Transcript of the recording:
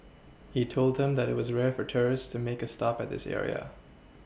he told them that it was rare for tourists to make a stop at this area